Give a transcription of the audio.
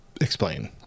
explain